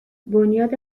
بنیاد